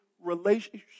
relationship